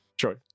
Sure